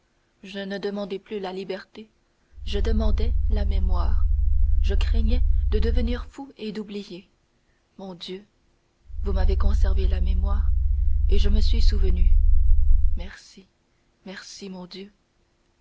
je ne demandais plus la liberté je demandais la mémoire je craignais de devenir fou et d'oublier mon dieu vous m'avez conservé la mémoire et je me suis souvenu merci merci mon dieu